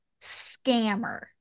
scammer